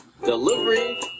Delivery